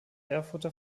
erfurter